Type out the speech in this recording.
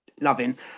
loving